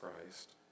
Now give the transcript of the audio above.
Christ